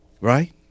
Right